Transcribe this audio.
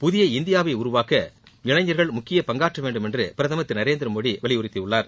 புதிய இந்தியாவை உருவாக்க இளைஞர்கள் முக்கிய பங்காற்றவேண்டும் என்று பிரதமர் திரு நரேந்திரமோடி வலியுறுத்தியுள்ளார்